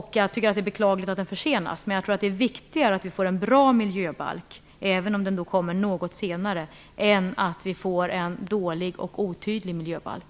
Det är beklagligt, men det är viktigare att det blir en bra miljöbalk, även om den kommer något senare, än att det blir en dålig och otydlig miljöbalk.